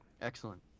excellent